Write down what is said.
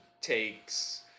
takes